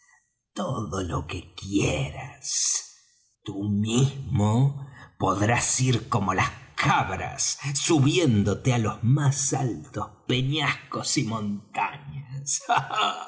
todo lo que quieras tú mismo podrás ir como las cabras subiéndote á los más altos peñascos y montañas